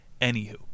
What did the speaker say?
Anywho